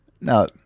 now